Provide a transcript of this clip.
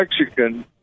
Mexican